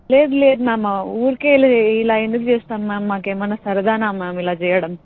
లేదు లేదు మ్యామ్ ఊరికే ఇలా ఇలా ఎందుకు చేస్తాం మ్యామ్ మాకు ఏమన్నా సరదానా మ్యామ్ ఇలా చేయడం